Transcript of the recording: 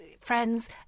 friends